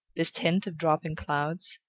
this tent of dropping clouds,